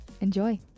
Enjoy